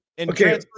Okay